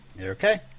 Okay